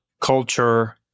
culture